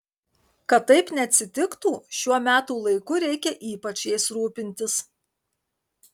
kad taip neatsitiktų šiuo metų laiku reikia ypač jais rūpintis